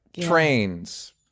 Trains